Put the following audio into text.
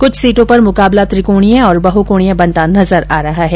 कुछ सीटों पर मुकाबला त्रिकोणीय और बहुकोणीय बनता नजर आ रहा है